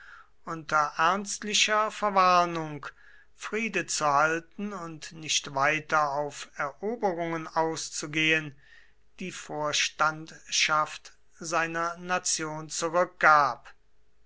unter ernstlicher verwarnung friede zu halten und nicht weiter auf eroberungen auszugehen die vorstandschaft seiner nation zurückgab